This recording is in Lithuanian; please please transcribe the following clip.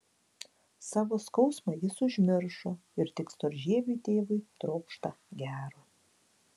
savo skausmą jis užmiršo ir tik storžieviui tėvui trokšta gero